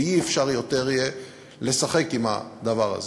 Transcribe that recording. ולא יהיה אפשר עוד לשחק בדבר הזה.